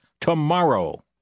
tomorrow